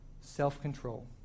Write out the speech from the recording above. Self-control